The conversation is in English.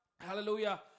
Hallelujah